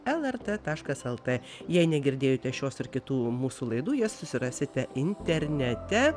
lrt taškas lt jei negirdėjote šios ir kitų mūsų laidų jas susirasite internete